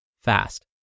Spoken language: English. fast